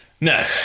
no